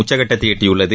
உச்சக்கட்டத்தை எட்டியுள்ளது